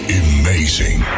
amazing